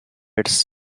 its